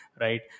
right